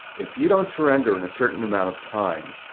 if you don't surrender in a certain amount of time,